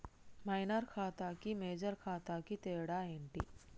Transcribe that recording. Minor ఖాతా కి major ఖాతా కి తేడా ఏంటి?